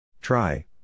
Try